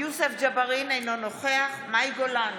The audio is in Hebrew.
יוסף ג'בארין, אינו נוכח מאי גולן,